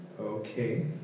Okay